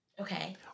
Okay